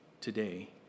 today